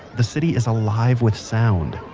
the city is alive with sound.